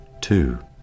Two